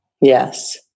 Yes